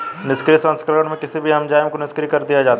निष्क्रिय प्रसंस्करण में किसी भी एंजाइम को निष्क्रिय कर दिया जाता है